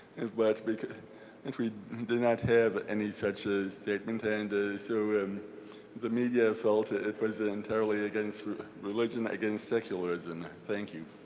but and if we do not have any such statement, and ah so and the media felt ah it was ah entirely against religion, against secularism. thank you.